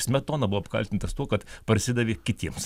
smetona buvo apkaltintas tuo kad parsidavė kitiems